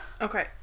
Okay